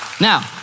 Now